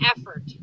effort